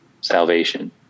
salvation